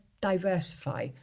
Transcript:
diversify